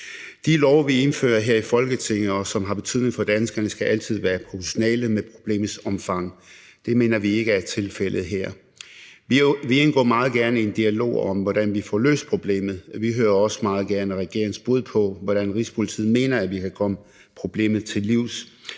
De love, vi indfører her i Folketinget, og som har betydning for danskerne, skal altid være proportionale med problemets omfang. Det mener vi ikke er tilfældet her. Vi indgår meget gerne i en dialog om, hvordan vi får løst problemet, og vi hører også meget gerne regeringens bud på, hvordan Rigspolitiet mener vi kan komme problemet til livs.